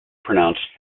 pronounced